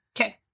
Okay